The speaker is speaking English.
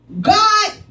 God